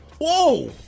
Whoa